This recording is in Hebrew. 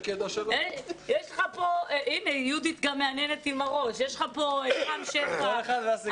יש לך פה את רם שפע,